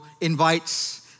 invites